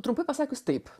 trumpai pasakius taip